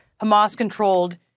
Hamas-controlled